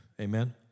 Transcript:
amen